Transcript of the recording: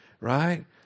right